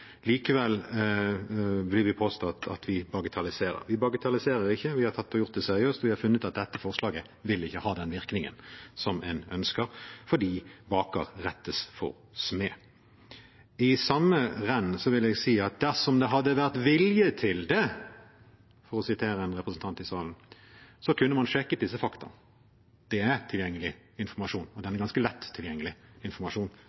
Likevel blir det påstått at vi bagatelliserer. Vi bagatelliserer ikke, vi har tatt dette seriøst, vi har funnet at dette forslaget ikke vil ha den virkningen som man ønsker, fordi baker rettes for smed. Samtidig vil jeg si at dersom det hadde vært vilje til det, for å sitere en representant i salen, kunne man sjekket disse faktaene. Det er tilgjengelig informasjon. Det er ganske lett tilgjengelig informasjon